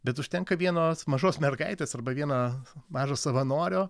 bet užtenka vienos mažos mergaitės arba vieno mažo savanorio